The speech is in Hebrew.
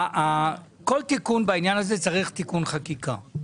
שכל תיקון בעניין הזה צריך תיקון חקיקה.